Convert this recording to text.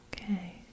okay